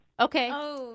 Okay